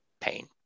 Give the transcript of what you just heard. pain